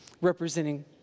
representing